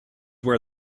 where